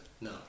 No